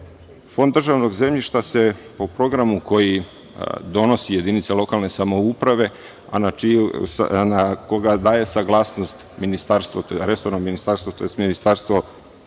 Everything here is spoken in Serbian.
državnog zemljišta se po programu koji donosi jedinica lokalne samouprave, a na koji daje saglasnost resorno ministarstvo, tj. Ministarstvo